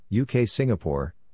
UK-Singapore